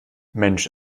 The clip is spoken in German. mensch